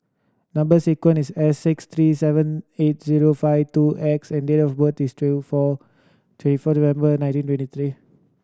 number sequence is S six three seven eight zero five two X and date of birth is two four twenty four November nineteen twenty three